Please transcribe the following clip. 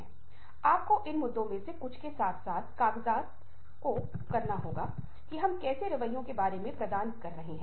और अगर हम अपनी जरूरतों और इच्छाओं को व्यक्त करने में सक्षम नहीं हैं तो हमें वे चीजें नहीं मिलेंगी जो हम चाहते हैं